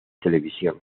televisión